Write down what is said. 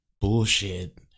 bullshit